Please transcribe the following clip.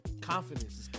Confidence